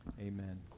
Amen